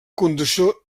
conducció